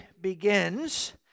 begins